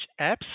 apps